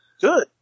Good